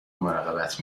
مراقبت